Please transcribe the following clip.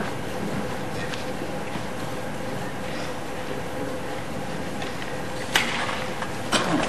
ההצעה